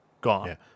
gone